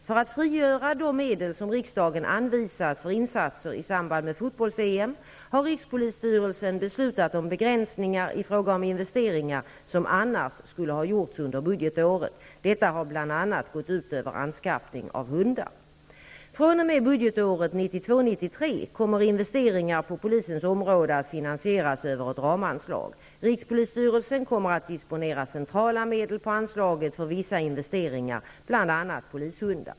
För att frigöra de medel som riksdagen anvisat för insatser i samband med fotbolls-EM har rikspolisstyrelsen beslutat om begränsningar i fråga om investeringar som annars skulle ha gjorts under budgetåret. Detta har bl.a. gått ut över anskaffningen av hundar. Från och med budgetåret 1992/93 kommer investeringar på polisens område att finansieras över ett ramanslag. Rikspolisstyrelsen kommer att disponera centrala medel på anslaget för vissa investeringar, bl.a. polishundar.